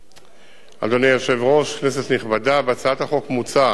אדוני היושב-ראש, כנסת נכבדה, בהצעת החוק מוצע